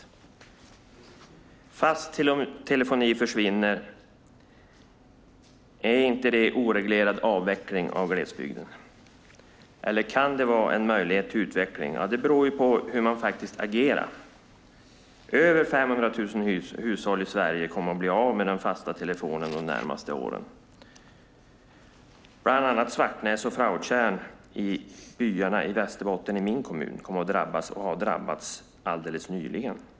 När fast telefoni försvinner, är inte det oreglerad avveckling av glesbygden, eller kan det vara en möjlighet till utveckling? Det beror på hur man faktiskt agerar. Över 500 000 hushåll i Sverige kommer att bli av med den fasta telefonen de närmaste åren. Det gäller bland annat Svartnäs och Frautjälen, byar i Västerbotten i min kommun, som kommer att drabbas och har drabbats alldeles nyligen.